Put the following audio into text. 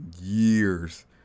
years